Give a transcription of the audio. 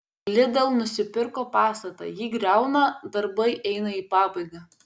lidl nusipirko pastatą jį griauna darbai eina į pabaigą